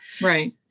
Right